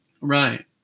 Right